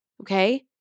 okay